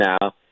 now